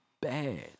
bad